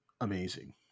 amazing